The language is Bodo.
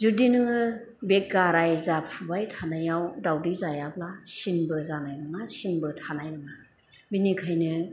जुदि नोङो बे गाराय जाफुबाय थानायाव दावदै जायाब्ला सिनबो जानाय नङा सिनबो थानाय नङा बिनिखायनो